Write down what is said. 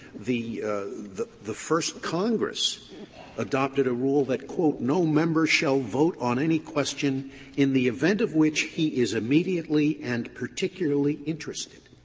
the the first congress adopted a rule that, quote, no member shall vote on any question in the event of which he is immediately and particularly interested.